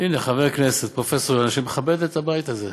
הנה חבר כנסת, פרופ' יונה, שמכבד את הבית הזה.